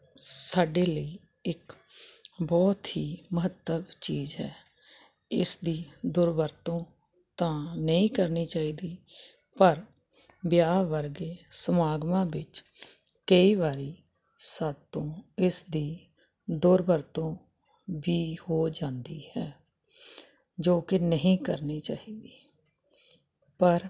ਸਾਡੇ ਲਈ ਇੱਕ ਬਹੁਤ ਹੀ ਮਹੱਤਵ ਚੀਜ਼ ਹੈ ਇਸ ਦੀ ਦੁਰਵਰਤੋਂ ਤਾਂ ਨਹੀਂ ਕਰਨੀ ਚਾਹੀਦੀ ਪਰ ਵਿਆਹ ਵਰਗੇ ਸਮਾਗਮਾਂ ਵਿੱਚ ਕਈ ਵਾਰੀ ਸਾਤੋਂ ਇਸ ਦੁਰਵਰਤੋਂ ਵੀ ਹੋ ਜਾਂਦੀ ਹੈ ਜੋ ਕਿ ਨਹੀਂ ਕਰਨੀ ਚਾਹੀਦੀ ਪਰ